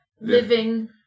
living